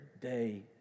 day